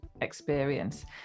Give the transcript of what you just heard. experience